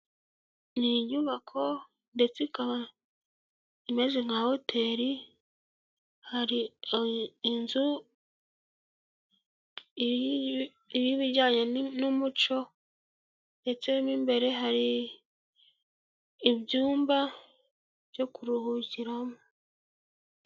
Ni inyubako ndetse ikaba imeze nka hotel. Hari inzu Y'ibijyanye n'umuco ndetse mo imbere hari ibyumba byo kuruhukiramo.